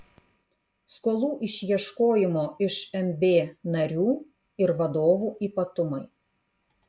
skolų išieškojimo iš mb narių ir vadovų ypatumai